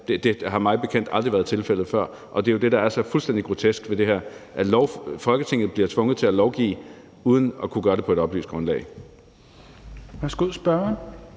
Det har mig bekendt aldrig været tilfældet før, og det er jo det, der er så fuldstændig grotesk ved det her – at Folketinget bliver tvunget til at lovgive uden at kunne gøre det på et oplyst grundlag.